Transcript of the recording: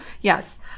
Yes